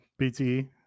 BTE